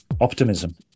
optimism